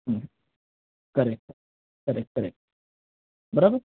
હમ્મ correct correct correct બરાબર